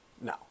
No